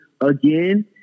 again